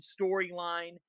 storyline